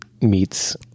meets